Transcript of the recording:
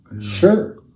Sure